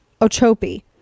Ochopee